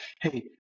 Hey